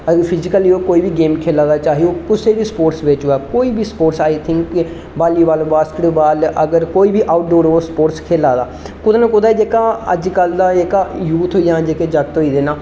अगर फिजिकली ओह् कोई बी गेम खेला दा चाहे ओह् कुसै बी स्पोर्ट्स बिच होऐ कोई बी स्पोर्ट्स आई थिंक कि बालीवाल बास्केटबाल अगर कोई बी आउटडोर ओह् स्पोर्ट्स खेला दा कुतै ना कुतै जेह्का यूथ जां अज्ज कल्ल दे जागत होई गेदे ना